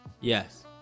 Yes